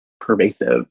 pervasive